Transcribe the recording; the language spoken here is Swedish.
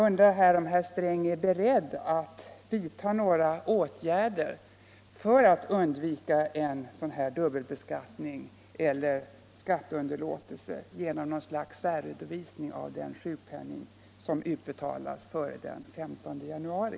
Är herr Sträng här beredd att vidta åtgärder för att undvika risken för dubbelbeskattning eller felaktig inkomstuppgift genom något slags särredovisning på kontrolluppgifterna av den sjukpenning som utbetalts före den 15 januari?